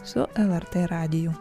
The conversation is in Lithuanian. su lrt radiju